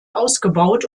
ausgebaut